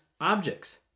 objects